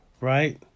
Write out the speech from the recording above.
Right